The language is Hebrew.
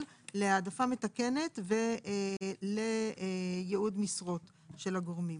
להעדפה מתקנת ולייעוד משרות של הגורמים.